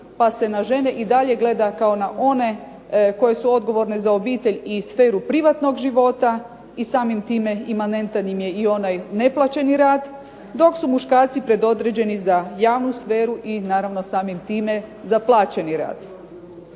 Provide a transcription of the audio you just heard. pa se na žene i dalje gleda kao na one koje su odgovorne za obitelj i sferu privatnog života i samim time imanentan im je i onaj neplaćeni rad, dok su muškarci predodređeni za javnu sferu i naravno samim time za plaćeni rad.